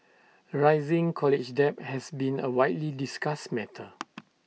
rising college debt has been A widely discussed matter